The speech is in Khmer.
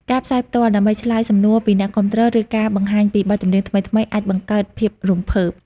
ការផ្សាយផ្ទាល់ដើម្បីឆ្លើយសំណួរពីអ្នកគាំទ្រ ឬការបង្ហាញពីបទចម្រៀងថ្មីៗ អាចបង្កើតភាពរំភើប។